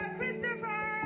Christopher